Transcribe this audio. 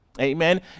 amen